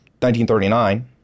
1939